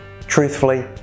Truthfully